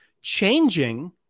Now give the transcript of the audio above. changing